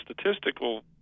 statistical